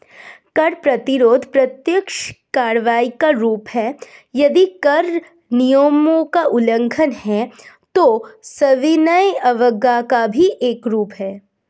कर प्रतिरोध प्रत्यक्ष कार्रवाई का रूप है, यदि कर नियमों का उल्लंघन है, तो सविनय अवज्ञा का भी एक रूप है